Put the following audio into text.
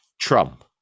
Trump